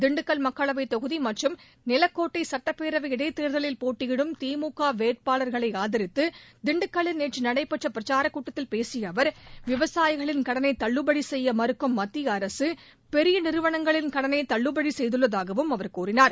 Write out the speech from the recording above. திண்டுக்கல் மக்களவைத் தொகுதி மற்றும் நிலக்கோட்டை சுட்டப் பேரவை இடைத் தேர்தலில் போட்டியிடும் திமுக வேட்பாளர்களை ஆதரித்து திண்டுக்கல்லில் நேற்று நடைபெற்ற பிரச்சாரக் கூட்டத்தில் பேசிய அவர் விவசாயகளின் கடனை தள்ளுபடி செய்ய மறுக்கும் மத்திய அரக பெரிய நிறுவனங்களின் கடனை தள்ளுபடி செய்துள்ளதாகவும் அவர் கூறினார்